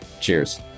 Cheers